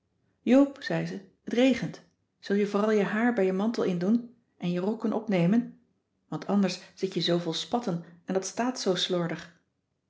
zei ze t regent zul je vooral je haar bij je mantel indoen en je rokken opnemen want anders zit je zoo vol spatten en dat staat zoo slordig